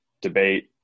debate